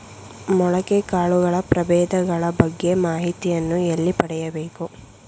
ಮೊಳಕೆ ಕಾಳುಗಳ ಪ್ರಭೇದಗಳ ಬಗ್ಗೆ ಮಾಹಿತಿಯನ್ನು ಎಲ್ಲಿ ಪಡೆಯಬೇಕು?